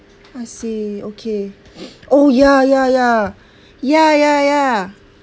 I see okay oh ya ya ya ya ya ya